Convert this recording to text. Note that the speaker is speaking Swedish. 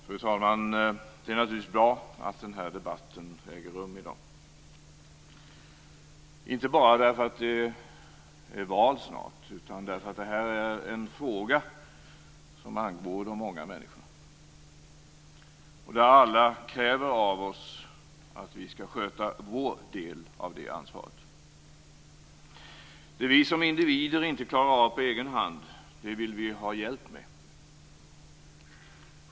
Fru talman! Det är bra att den här debatten äger rum i dag, inte bara därför att det är val snart utan därför att det här är en fråga som angår många människor. Alla kräver av oss att vi skall sköta vår del av ansvaret för detta. Det vi som individer inte klarar av på egen hand vill vi ha hjälp med.